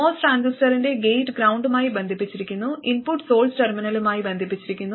MOS ട്രാൻസിസ്റ്ററിന്റെ gate ഗ്രൌണ്ടുമായി ബന്ധിപ്പിച്ചിരിക്കുന്നു ഇൻപുട്ട് സോഴ്സ് ടെർമിനലുമായി ബന്ധിപ്പിച്ചിരിക്കുന്നു